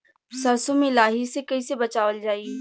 सरसो में लाही से कईसे बचावल जाई?